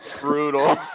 Brutal